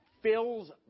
fills